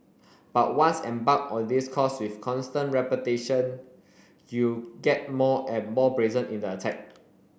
but once embarked on this course with constant repetition you get more and more brazen in the attack